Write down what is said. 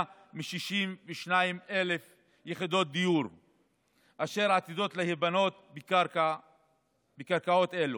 מ-62,000 יחידות דיור אשר עתידות להיבנות בקרקעות אלה.